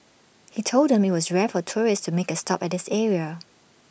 he told them IT was rare for tourists to make A stop at this area